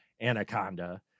anaconda